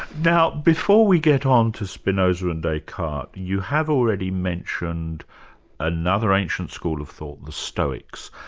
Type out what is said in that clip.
now before we get on to spinoza and descartes, you have already mentioned another ancient school of thought, the stoics.